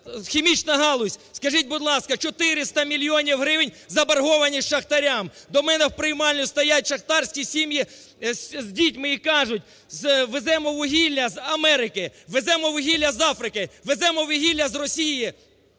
хімічна галузь? Скажіть, будь ласка, 400 мільйонів гривень заборгованість шахтарям. До мене у приймальню стоять шахтарські сім'ї з дітьми і кажуть: веземо вугілля з Америки, веземо вугілля з Африки, веземо вугілля з Росії,